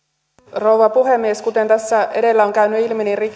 rouva puhemies kuten tässä edellä on käynyt ilmi